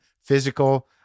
physical